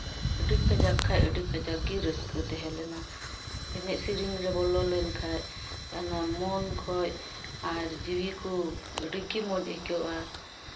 ᱟᱹᱰᱤ ᱠᱟᱡᱟᱠ ᱠᱷᱟᱡ ᱟᱹᱰᱤ ᱠᱟᱡᱟᱠ ᱜᱮ ᱨᱟᱹᱥᱠᱟᱹ ᱛᱟᱦᱮᱸ ᱞᱮᱱᱟ ᱮᱱᱮᱡ ᱥᱮᱨᱮᱧ ᱨᱮ ᱵᱚᱞᱚ ᱞᱮᱱᱠᱷᱟᱡ ᱚᱱᱟ ᱢᱚᱱ ᱠᱷᱚᱡ ᱟᱨ ᱡᱤᱣᱤ ᱠᱚ ᱟᱹᱰᱤᱜᱮ ᱢᱚᱡᱽ ᱟᱹᱭᱠᱟᱹᱜᱼᱟ